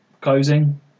closing